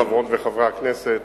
חברות וחברי הכנסת,